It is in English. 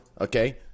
okay